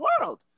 world